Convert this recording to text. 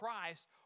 Christ